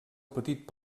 petit